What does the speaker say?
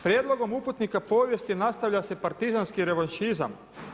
Prijedlogom uputnika povijesti nastavlja se partizanski revanšizam.